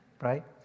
Right